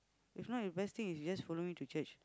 if not the best thing is just follow me to church